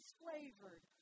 flavored